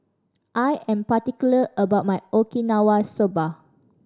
I am particular about my Okinawa Soba